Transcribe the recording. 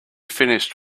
finished